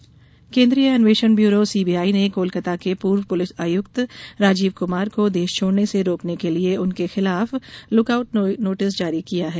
CBI केन्द्रीय अन्वेमषण bureau CBI ने कोलकाता के पूर्व पुलिस आयुक्त राजीव कुमार को देश छोड़ने से रोकने के लिए उनके खिलाफ लुकआउट नोटिस जारी किया है